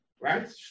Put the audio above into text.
right